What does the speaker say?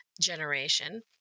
generation